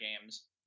games